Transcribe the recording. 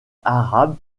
arabe